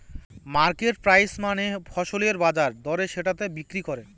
market price মানে ফসলের বাজার দরে যেটাতে বিক্রি করে